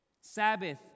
Sabbath